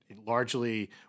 largely